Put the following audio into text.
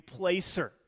replacer